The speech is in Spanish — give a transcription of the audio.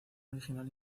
original